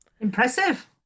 Impressive